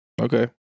Okay